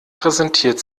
präsentiert